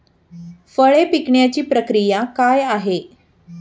फळे पिकण्याची प्रक्रिया काय आहे?